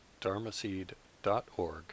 dharmaseed.org